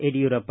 Yediyurappa